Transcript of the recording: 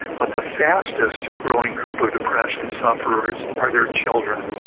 but the fastest growing group of depression sufferers are their children,